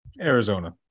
Arizona